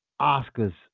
Oscars